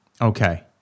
Okay